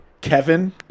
Kevin